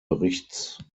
berichts